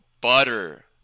butter